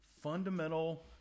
fundamental